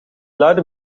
luide